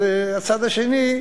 והצד השני,